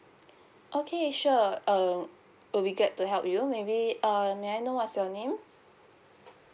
okay sure um we'll be glad to help you maybe uh may I know what's your name